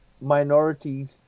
minorities